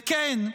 וכן,